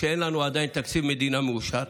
כשעדיין אין לנו תקציב מדינה מאושר.